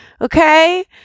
okay